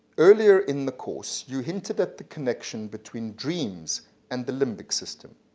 earlier in the course you hinted at the connection between dreams and the limbic system.